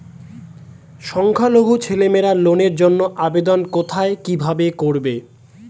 সংখ্যালঘু ছেলেমেয়েরা লোনের জন্য আবেদন কোথায় কিভাবে করবে?